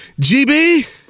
GB